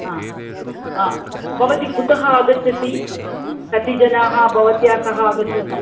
हा हा भवती कुतः आगच्छति कति जनाः भवत्या सह आगच्छन्ति